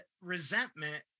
resentment